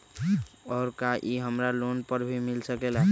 और का इ हमरा लोन पर भी मिल सकेला?